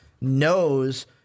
knows